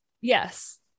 Yes